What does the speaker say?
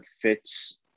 fits